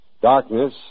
Darkness